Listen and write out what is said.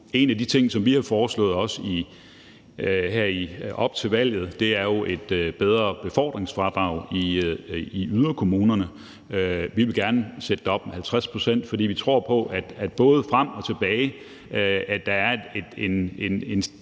En af de ting, som vi har foreslået, også her op til valget, er jo et bedre befordringsfradrag i yderkommunerne. Vi vil gerne sætte det op med 50 pct., fordi vi tror på, at der i forhold til både at komme frem og tilbage er